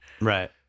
Right